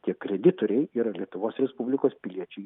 tiek kreditoriai yra lietuvos respublikos piliečiai